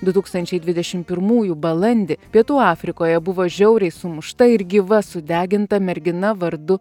du tūkstančiai dvidešim pirmųjų balandį pietų afrikoje buvo žiauriai sumušta ir gyva sudeginta mergina vardu